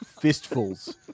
Fistfuls